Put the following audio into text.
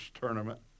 tournament